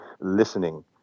listening